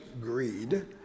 greed